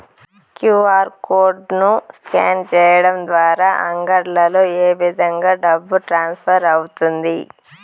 QR code ను scan సేయడం ద్వారా అంగడ్లలో ఏ విధంగా డబ్బు ట్రాన్స్ఫర్ అవుతుంది